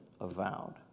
avowed